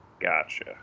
Gotcha